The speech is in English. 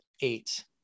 eight